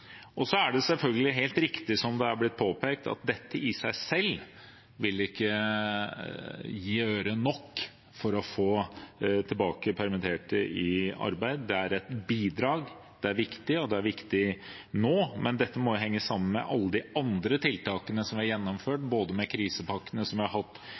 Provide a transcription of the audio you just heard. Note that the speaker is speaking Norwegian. Så er det selvfølgelig helt riktig, som det er blitt påpekt, at dette i seg selv ikke vil gjøre nok for å få tilbake permitterte i arbeid. Det er et bidrag. Det er viktig, og det er viktig nå. Men dette må henge sammen med alle de andre tiltakene som er gjennomført, både med krisepakkene i vår, det vi